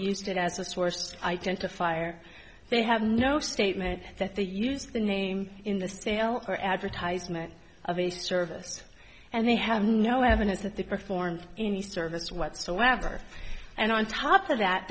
used it as a source identifier they have no statement that they used the name in the sale or advertisement of a service and they have no evidence that they performed any service whatsoever and on top of that